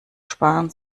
sparen